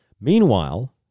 Meanwhile